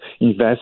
invest